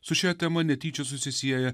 su šia tema netyčia susisieja